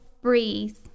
breathe